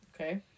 Okay